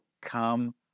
come